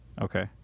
Okay